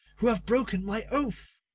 who have broken my oath!